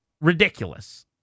ridiculous